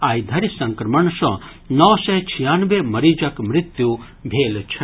आइ धरि संक्रमण सँ नओ सय छियानवे मरीजक मृत्यु भेल छनि